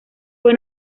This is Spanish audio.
fue